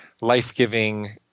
life-giving